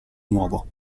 nuovo